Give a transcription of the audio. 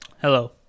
Hello